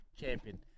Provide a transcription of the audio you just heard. champion